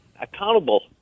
accountable